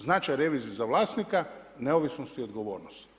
Značaj revizije za vlasnika, neovisnost i odgovornost.